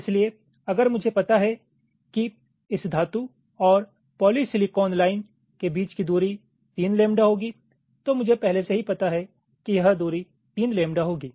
इसलिए अगर मुझे पता है कि इस धातु और पॉलीसिलिकॉन लाइन के बीच की दूरी तीन लैम्बडा होगी तो मुझे पहले से ही पता है कि यह दूरी तीन लैम्बडा होगी